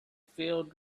filled